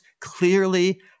clearly